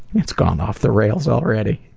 it's gone off the rails already.